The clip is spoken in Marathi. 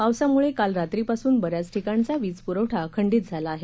पावसामुळे काल रात्रीपासून बऱ्याच ठिकाणचा वीज पुरवठा खंडित झाला आहे